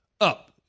up